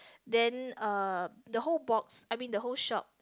then uh the whole box I mean the whole shop